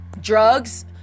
drugs